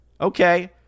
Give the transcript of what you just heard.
Okay